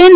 N